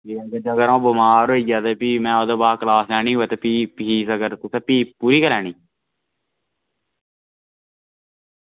में बमार होई गेआ ते फ्ही में ओह्दे बाद क्लॉस लैनी होऐ ते फ्ही अगर कुदै फ्ही पूरी गै लैनी